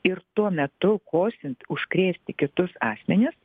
ir tuo metu kosint užkrėsti kitus asmenis